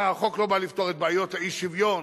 החוק לא בא לפתור את בעיות האי-שוויון,